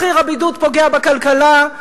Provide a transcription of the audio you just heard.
מחיר הבידוד פוגע בכלכלה,